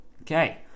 Okay